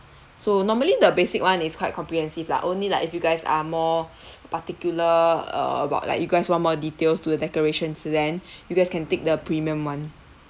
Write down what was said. so normally the basic [one] is quite comprehensive lah only like if you guys are more particular err about like you guys want more details to the decorations then you guys can take the premium [one]